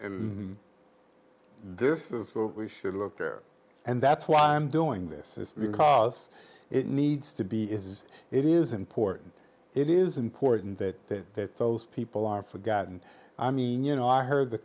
and this is what we should look there and that's why i'm doing this because it needs to be is it is important it is important that those people are forgotten i mean you know i heard the